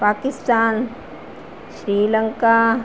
Pakistan Sri Lanka